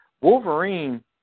Wolverine